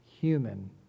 human